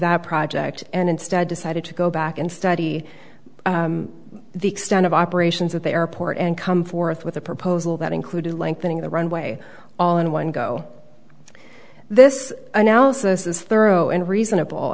the project and instead decided to go back and study the extent of operations of the airport and come forth with a proposal that included lengthening the runway all in one go this analysis is thorough and reasonable